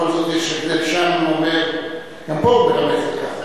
בכל זאת יש, שאומר, גם פה הוא מרמז על כך.